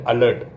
Alert